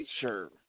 sure